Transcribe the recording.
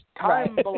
Time